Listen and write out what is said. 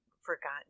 forgotten